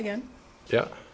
again yeah